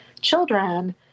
children